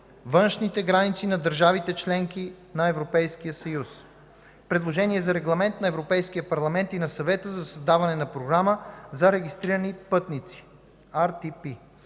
външните граници на държавите – членки на ЕС; - предложение за Регламент на Европейския парламент и на Съвета за създаване на Програма за регистрирани пътници